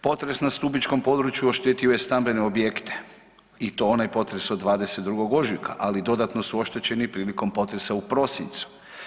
Potres na stubičkom području oštetio je stambene objekte i to onaj potres od 22. ožujka, ali dodatno su oštećeni i prilikom potresa u prosincu.